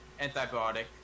antibiotic